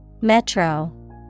Metro